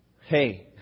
hey